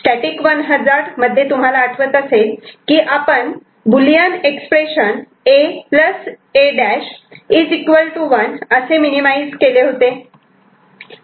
static 1 hazard मध्ये तुम्हाला आठवत असेल की आपण बुलियन एक्सप्रेशन A A' 1 असे मिनीमाईज केले होते